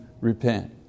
repent